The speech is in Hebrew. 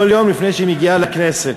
כל יום לפני שהיא מגיעה לכנסת.